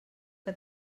que